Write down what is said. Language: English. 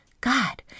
God